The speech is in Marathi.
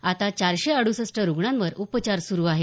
आता चारशे अडूसष्ट रुग्णांवर उपचार सुरू आहेत